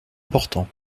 important